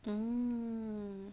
mm